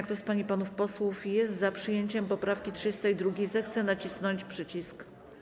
Kto z pań i panów posłów jest za przyjęciem poprawki 33., zechce nacisnąć przycisk.